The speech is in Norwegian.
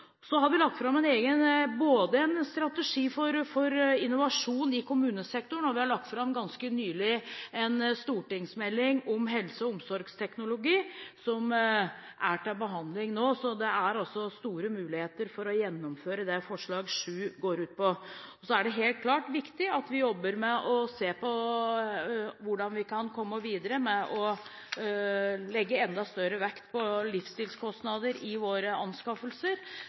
har lagt fram en strategi for innovasjon i kommunesektoren, og ganske nylig har vi lagt fram en stortingsmelding om helse- og omsorgsteknologi, som er til behandling nå. Det er altså store muligheter for å gjennomføre det som forslag nr. 7 går ut på. Det er helt klart viktig at vi ser på hvordan vi kan komme videre med å legge enda større vekt på livsstilskostnader i våre anskaffelser.